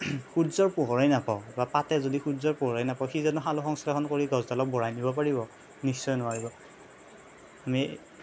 সূৰ্যৰ পোহৰেই নেপাওঁ বা পাতে যদি সূৰ্যৰ পোহৰেই নাপাওঁ সি জানো সালোক সংশ্লেষণ কৰি গছডালক বঢ়াই দিব পাৰিব নিশ্চয় নোৱাৰিব আমি